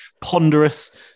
ponderous